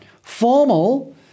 Formal